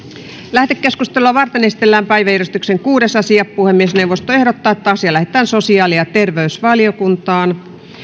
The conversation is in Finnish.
lähetekeskustelua varten esitellään päiväjärjestyksen kuudes asia puhemiesneuvosto ehdottaa että asia lähetetään sosiaali ja terveysvaliokuntaan